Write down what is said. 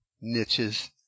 niches